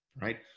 right